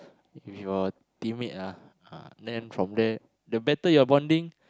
with your teammate ah ah then from there the better your bonding